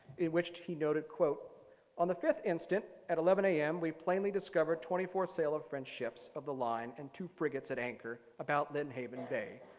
in which he noted, on the fifth instant, at eleven am, we plainly discovered twenty four sail of french ships of the line and two frigates at anchor about lynnhaven bay,